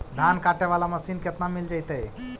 धान काटे वाला मशीन केतना में मिल जैतै?